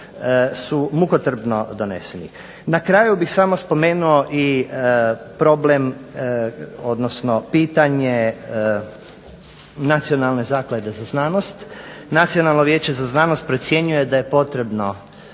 su mukotrpno doneseni. Na kraju bih samo spomenuo i problem, odnosno pitanje Nacionalne zaklade za znanost. Nacionalno vijeće za znanost procjenjuje da je potrebno